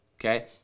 Okay